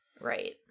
right